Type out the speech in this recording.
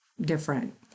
different